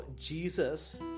Jesus